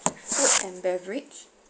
food and beverage